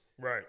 right